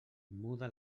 muda